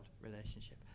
relationship